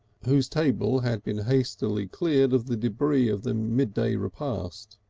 whose table had been hastily cleared of the debris of the midday repast.